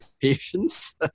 patience